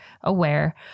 aware